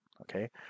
Okay